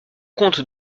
compte